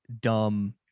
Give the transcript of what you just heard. dumb